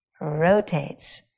rotates